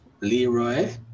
Leroy